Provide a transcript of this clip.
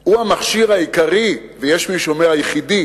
הוא המכשיר העיקרי, ויש מי שאומר היחידי,